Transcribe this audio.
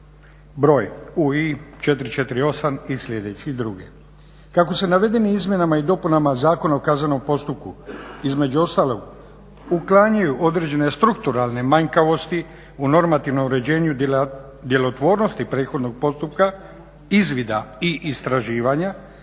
Broj UI 448 i sljedeći, drugi, kako se navedenim izmjenama i dopunama Zakona o kaznenom postupku između ostalog uklanjaju određene strukturalne manjkavosti u normativnom uređenju djelotvornosti prethodnog postupka izvida i istraživanja,